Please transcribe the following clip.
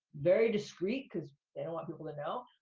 very discreet, cause they don't want people to know.